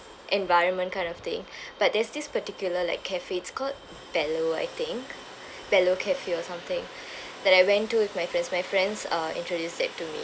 environment kind of thing but there's this particular like cafe it's called belo I think belo cafe or something that I went to with my friends my friends uh introduced it to me